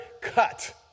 cut